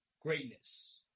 greatness